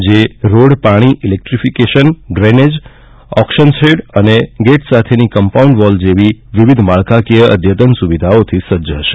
જે રોડ પાણી ઇલેક્ટ્રીફીકેશનડ્રેનેજઓકશન શેડગેટ સાથેની કમ્પાઉન્ડ વોલ જેવી વિવિધ માળખાકીય અધતન સુવિધાઓથી સજ્જ હશે